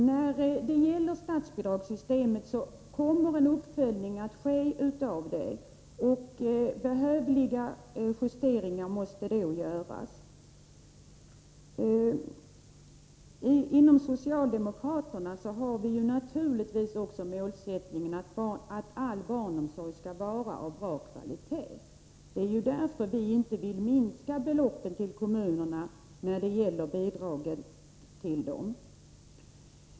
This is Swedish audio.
När det gäller statsbidragssystemet kommer en uppföljning att ske, och behövliga justeringar måste då göras. Inom socialdemokratin har vi naturligtvis målsättningen att all barnomsorg skall vara av bra <valitet. Det är ju därför vi inte vill minska bidragsbeloppet till kommunerna.